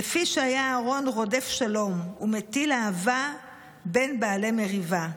"לפי שהיה אהרון רודף שלום ומטיל אהבה בין בעלי מריבה".